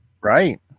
Right